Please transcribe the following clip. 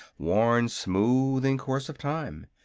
worn smooth in course of time.